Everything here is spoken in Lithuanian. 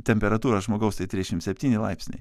temperatūra žmogaus tai trisdešim septyni laipsniai